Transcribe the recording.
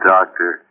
Doctor